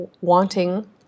wanting